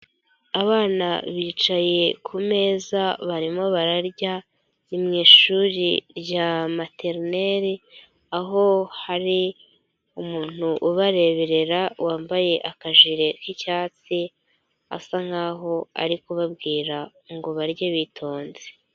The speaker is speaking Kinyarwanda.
Abana bicaye kumezaeza barimo bararya, ni mu ishuri rya materineri, aho hari umuntu ubareberera wambaye akajiri k'icyatsi, asa nkaho ari kubabwira ngo barye bitonze.